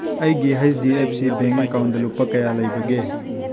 ꯑꯩꯒꯤ H D F C bank ꯑꯦꯀꯥꯎꯟꯗ ꯂꯨꯄꯥ ꯀꯌꯥ ꯂꯩꯕꯒꯦ